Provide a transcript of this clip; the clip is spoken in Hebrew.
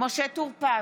משה טור פז,